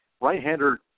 Right-hander